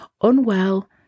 unwell